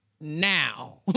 now